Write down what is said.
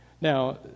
Now